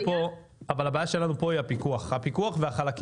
הבעיה שלנו פה היא הפיקוח והחלקים.